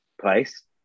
place